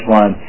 one